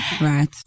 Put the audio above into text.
Right